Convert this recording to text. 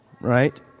right